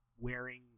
wearing